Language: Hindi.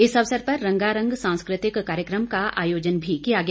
इस अवसर पर रंगारंग सांस्कृतिक कार्यक्रम का आयोजन भी किया गया